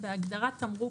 בהגדרת "תמרוק",